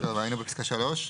היינו בפסקה (3).